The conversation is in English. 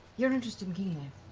you're interested in keyleth.